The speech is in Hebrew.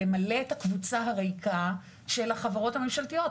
למלא את הקבוצה הריקה של החברות הממשלתיות.